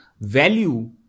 value